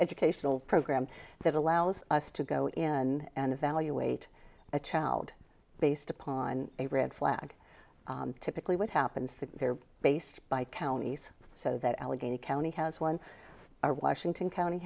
educational program that allows us to go in and evaluate a child based upon a red flag typically what happens that they're based by counties so that allegheny county has one or washington county